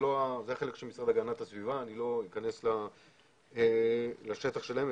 זה החלק של המשרד להגנת הסביבה ואני לא אכנס לשטח שלהם.